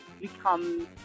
become